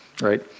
Right